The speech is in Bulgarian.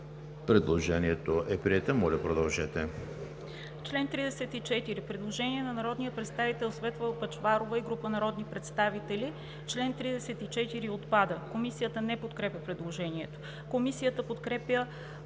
Предложението е прието. Моля, продължете,